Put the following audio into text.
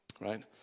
right